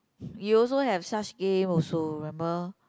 you also have such game also remember